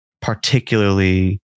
particularly